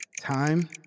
Time